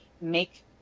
make